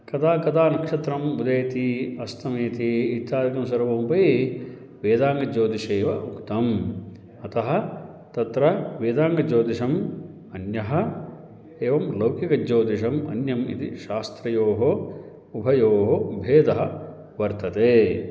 कदा कदा नक्षत्रं उदेति अस्तमयति इत्यादिकं सर्वमपि वेदाङ्गज्योतिषे एव उक्तम् अतः तत्र वेदाङ्गज्योतिषम् अन्यः एवं लौकिकज्योतिषम् अन्यम् इति शास्त्रयोः उभयोः भेदः वर्तते